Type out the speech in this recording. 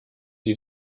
die